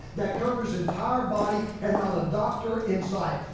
that covers entire body and not a doctor in sight.